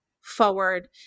forward